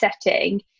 setting